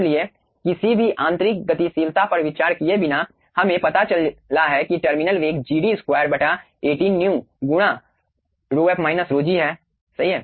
इसलिए किसी भी आंतरिक गतिशीलता पर विचार किए बिना हमें पता चला है कि टर्मिनल वेग gd2 18 μ गुना ρf माइनस ρg है सही है